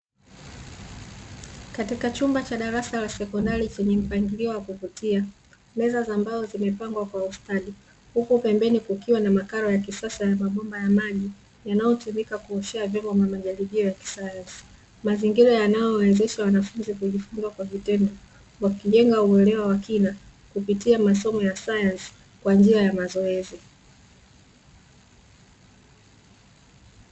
Katika chumba cha darasa la sekondari chenye mpangilio wa kuvutia meza za mbao zimepangwa kwa ustadi, huku pembeni kukiwa na makaro ya kisasa ya mabomba ya maji yanayotumika kuoshea vyombo vya majaribio ya kisayansi, mazingira yanayowawezesha wanafunzi kujifunza kwa vitendo wakijenga uelewa wa kina kupitia masomo ya sayansi kwa njia ya mazoezi.